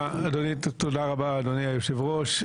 תודה רבה אדוני היושב ראש.